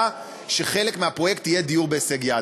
שחלק מהפרויקט יהיה דיור בהישג יד.